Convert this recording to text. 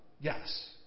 Yes